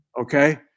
Okay